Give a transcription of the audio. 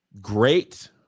great